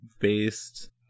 based